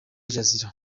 jazeera